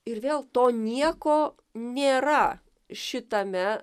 ir vėl to nieko nėra šitame